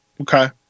Okay